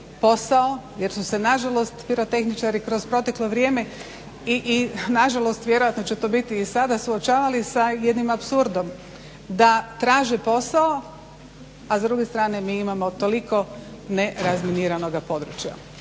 posao jer su se nažalost pirotehničari kroz proteklo vrijeme i nažalost vjerojatno će to biti i sada, suočavali sa jednim apsurdom da traže posao, a s druge strane mi imamo toliko nerazminiranoga područja.